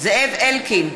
זאב אלקין,